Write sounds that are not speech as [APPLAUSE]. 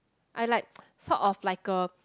I like [NOISE] sort of like a